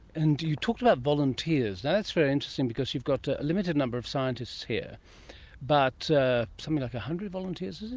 and you talked about volunteers, that's very interesting because you've got a limited number of scientists here but something like one hundred volunteers, is it?